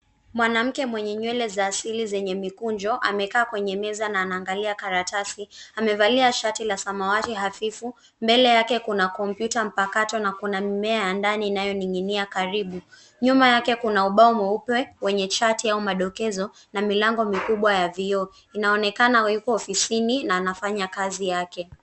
Mwanamke mwenye nywele za asili zenye mikunjo amekaa kwenye meza na anaangalia karatasi. Amevalia shati la samawati hafifu. Mbele yake kuna kompyuta mpakato na kuna mimea ya ndani inayoning'inia karibu. Nyuma yake kuna ubao mweupe wenye chati au madokezo na milango mikubwa ya vioo. Inaonekana yuko ofisini na anafanya kazi yake.